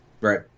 right